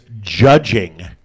judging